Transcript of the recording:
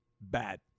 bad